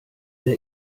der